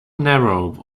narrow